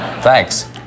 Thanks